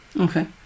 Okay